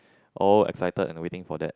all excited and waiting for that